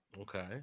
Okay